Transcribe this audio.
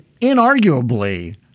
inarguably